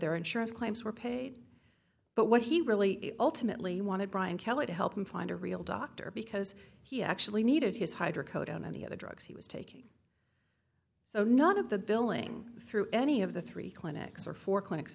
their insurance claims were paid but what he really ultimately wanted brian kelly to help him find a real doctor because he actually needed his hydrocodone and the other drugs he was taking so none of the billing through any of the three clinics or four clinics